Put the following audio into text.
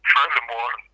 Furthermore